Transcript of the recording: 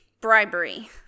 bribery